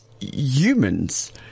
humans